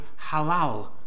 halal